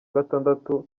gatandatu